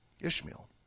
Ishmael